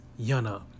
Yana